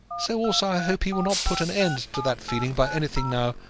so also i hope he will not put an end to that feeling by anything now,